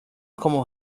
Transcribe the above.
como